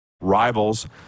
rivals